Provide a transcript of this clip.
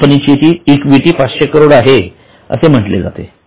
त्या कंपनीची इक्विटी 500 करोड आहे असे म्हणले जाते